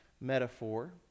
metaphor